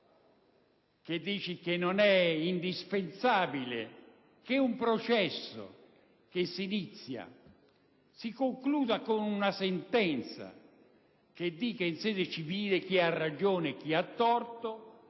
che sostiene che non è indispensabile che un processo cui si dà inizio si concluda con una sentenza che, in sede civile, dica chi ha ragione e chi ha torto